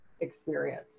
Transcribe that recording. experience